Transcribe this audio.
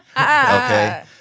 Okay